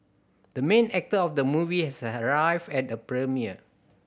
the main actor of the movie has arrived at the premiere